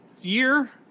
year